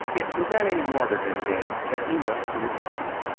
it was at a martyrdom, then, that he was to assist.